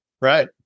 right